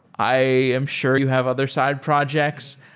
i am sure you have other side projects.